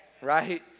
Right